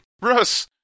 Russ